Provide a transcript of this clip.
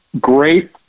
great